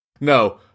no